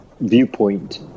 viewpoint